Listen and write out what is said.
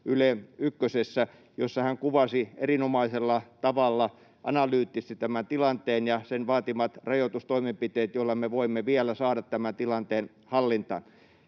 Ykkösessä, jossa hän kuvasi erinomaisella tavalla analyyttisesti tämän tilanteen ja sen vaatimat rajoitustoimenpiteet, joilla me voimme vielä saada tämä tilanteen hallintaan.